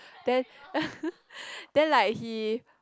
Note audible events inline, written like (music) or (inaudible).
then (laughs) then like he